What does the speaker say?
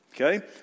Okay